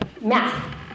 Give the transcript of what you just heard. math